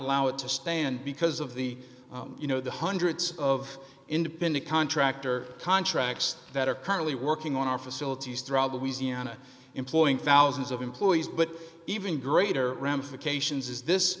allow it to stand because of the you know the hundreds of independent contractor contracts that are currently working on our facilities throughout the easier and employing thousands of employees but even greater ramifications is this